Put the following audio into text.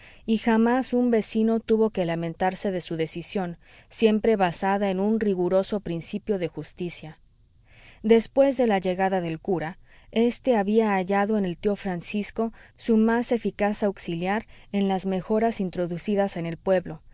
y jamás un vecino tuvo que lamentarse de su decisión siempre basada en un riguroso principio de justicia después de la llegada del cura éste había hallado en el tío francisco su más eficaz auxiliar en las mejoras introducidas en el pueblo